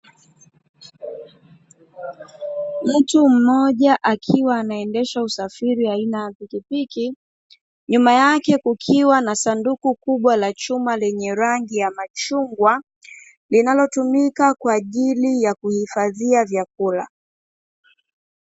Mtu mmoja akiwa anaendesha usafiri aina ya pikipiki nyuma yake kukiwa na sanduku kubwa la chuma lenye rangi ya machungwa linalotumika kwa ajili ya kuhifadhia vyakula.